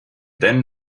then